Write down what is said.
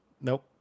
Nope